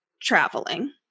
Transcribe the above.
traveling